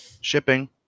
shipping